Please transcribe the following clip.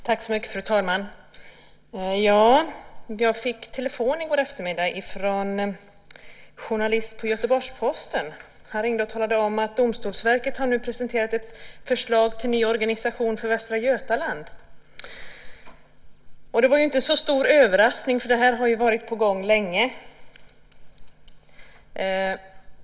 Fru talman! Jag fick telefon i går eftermiddag från en journalist på Göteborgs-Posten. Han ringde och talade om att Domstolsverket nu har presenterat ett förslag till ny organisation för Västra Götaland. Det var ingen stor överraskning. Det har varit på gång länge.